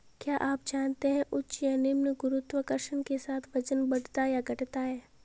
क्या आप जानते है उच्च या निम्न गुरुत्वाकर्षण के साथ वजन बढ़ता या घटता है?